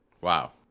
wow